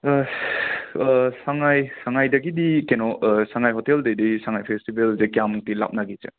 ꯑꯁ ꯁꯉꯥꯏ ꯁꯉꯥꯏꯗꯒꯤꯗꯤ ꯀꯩꯅꯣ ꯁꯉꯥꯏ ꯍꯣꯇꯦꯜꯗꯒꯤꯗꯤ ꯁꯉꯥꯏ ꯐꯦꯁꯇꯤꯕꯦꯜꯁꯦ ꯀꯌꯥꯃꯨꯛꯇꯤ ꯂꯥꯞꯅꯒꯦ ꯆꯦ